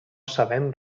sabem